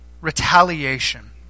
retaliation